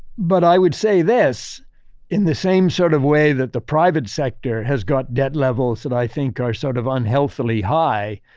but i would say this in the same sort of way that the private sector has got debt levels that i think are sort of unhealthily high,